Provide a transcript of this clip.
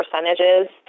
percentages